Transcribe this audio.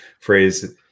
phrase